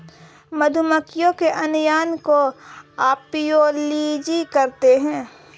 मधुमक्खियों के अध्ययन को अपियोलोजी कहते हैं